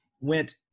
went